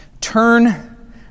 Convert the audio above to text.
turn